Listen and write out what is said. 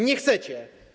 Nie chcecie.